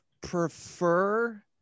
prefer